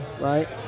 Right